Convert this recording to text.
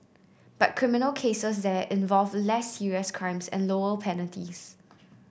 but criminal cases there involve less serious crimes and lower penalties